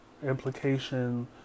implication